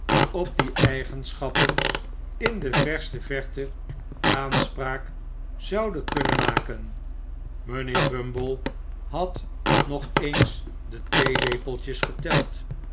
op die eigenschappen in de verste verte aanspraak zouden kunnen maken mijnheer bumble had nog eens de theelepeltjes geteld